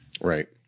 Right